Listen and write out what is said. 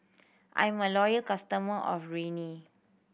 I am a loyal customer of Rene